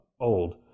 old